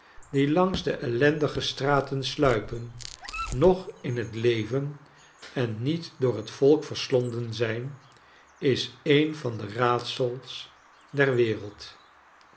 die langs de eliendige straten sluipen nog in het leven en niet door het volk verslonden zijn is een van de raadsels der wereld